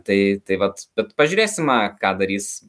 tai tai vat bet pažiūrėsime ką darys